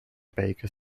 baker